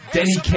Denny